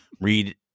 read